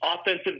offensive